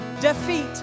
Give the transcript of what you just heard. defeat